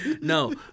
No